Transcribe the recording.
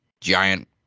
Giant